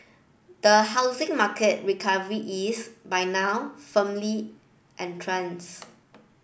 the housing market recovery is by now firmly entrenched